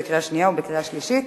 בקריאה שנייה ובקריאה שלישית.